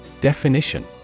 Definition